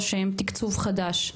או שהם תקצוב חדש?